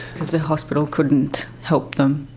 because the hospital couldn't help them?